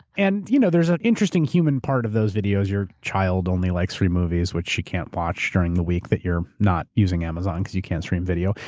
and you know there's an interesting human part of those videos, your child only likes three movies, which she can't watch during the week that you're not using amazon because you can't stream video.